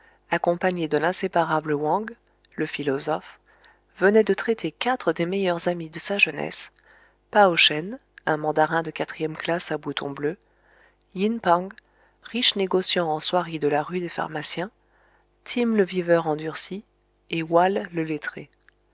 accompagné de l'inséparable wang le philosophe venait de traiter quatre des meilleurs amis de sa jeunesse pao shen un mandarin de quatrième classe à bouton bleu yin pang riche négociant en soieries de la rue des pharmaciens tim le viveur endurci et houal le lettré